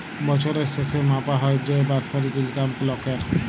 বছরের শেসে মাপা হ্যয় যে বাৎসরিক ইলকাম লকের